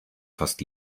fast